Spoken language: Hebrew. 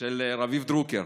של רביב דרוקר.